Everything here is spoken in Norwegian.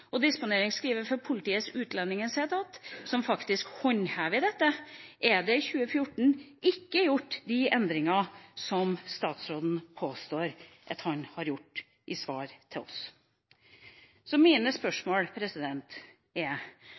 i disponeringsskrivet for Politiets utlendingsenhet, som faktisk håndhever dette, er det i 2014 ikke gjort de endringene som statsråden i sitt svar til oss påstår at han har gjort. Mitt første spørsmål er: